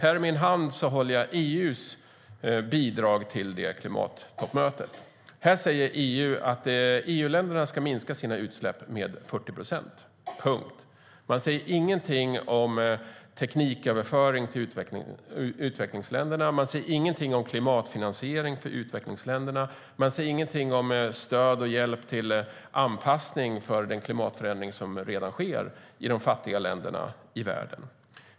I min hand håller jag EU:s bidrag till klimattoppmötet. Där säger EU att EU-länderna ska minska sina utsläpp med 40 procent, punkt. Det sägs ingenting om tekniköverföring till utvecklingsländerna. Det sägs ingenting om klimatfinansiering för utvecklingsländerna. Det sägs ingenting om stöd och hjälp för anpassning till den klimatförändring som redan sker i de fattiga länderna i världen.